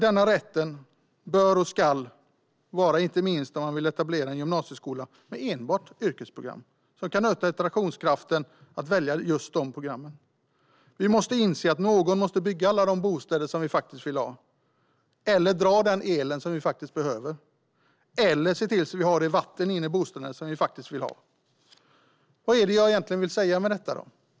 Denna rätt bör och ska gälla inte minst om man vill etablera en gymnasieskola med enbart yrkesprogram som kan öka attraktionskraften hos just de programmen. Vi måste inse att någon måste bygga alla de bostäder vi vill ha eller dra den el vi behöver eller se till att vi har det vatten inne i bostäderna som vi vill ha. Vad är det jag egentligen vill säga med detta, då?